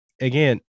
again